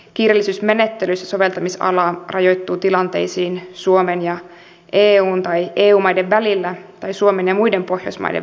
kiireellisyysmenettelyssä soveltamisala rajoittuu tilanteisiin suomen ja eun tai eu maiden välillä tai suomen ja muiden pohjoismaiden välillä